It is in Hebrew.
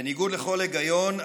בניגוד לכל היגיון,